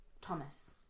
Thomas